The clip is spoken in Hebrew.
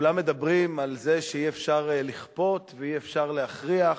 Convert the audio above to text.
כולם מדברים על זה שאי-אפשר לכפות ואי-אפשר להכריח.